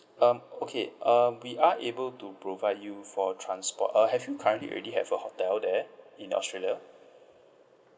um okay um we are able to provide you for transport uh have you currently already have a hotel there in australia